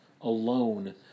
alone